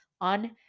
on